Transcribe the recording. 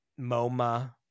MoMA